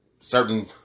certain